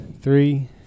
Three